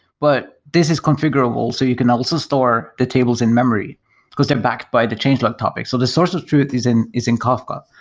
but this is configurable, so you can also store the tables in-memory because they're backed by the change log topics. so the source of truth is in is in kafka.